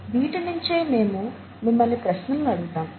వీటి నించే మేము మిమ్మల్ని ప్రశ్నలు అడుగుతాము